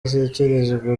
ashyikirizwa